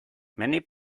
many